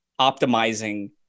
optimizing